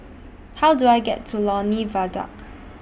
How Do I get to Lornie Viaduct